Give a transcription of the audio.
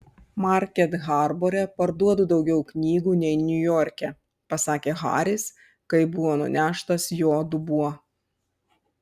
market harbore parduodu daugiau knygų nei niujorke pasakė haris kai buvo nuneštas jo dubuo